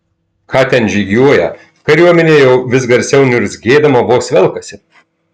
ką ten žygiuoja kariuomenė jau vis garsiau niurzgėdama vos velkasi